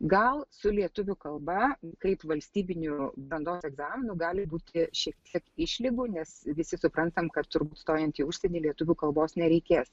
gal su lietuvių kalba kaip valstybinių brandos egzaminų gali būti šiek tiek išlygų nes visi suprantam kad stojant į užsienį lietuvių kalbos nereikės